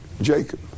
Jacob